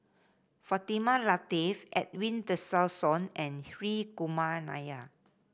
Fatimah Lateef Edwin Tessensohn and Hri Kumar Nair